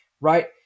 Right